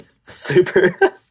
Super